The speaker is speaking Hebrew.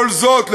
וכל זאת,